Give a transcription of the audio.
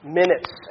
minutes